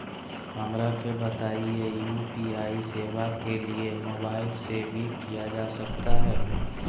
हमरा के बताइए यू.पी.आई सेवा के लिए मोबाइल से भी किया जा सकता है?